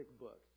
book